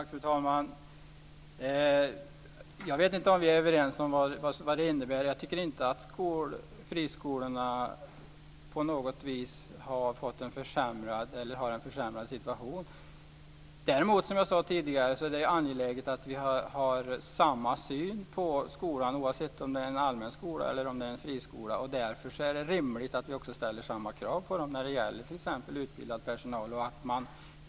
Fru talman! Jag vet inte om vi är överens om vad det innebär. Jag tycker inte att friskolorna på något vis har en sämre situation. Däremot är det, som jag sade tidigare, angeläget att vi har samma syn på skolan oavsett om det är en allmän skola eller en friskola. Därför är det rimligt att det ställs samma krav när det gäller utbildad personal.